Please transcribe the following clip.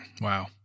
Wow